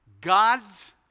God's